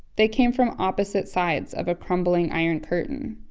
they came from opposite sides of a crumbling iron curtain.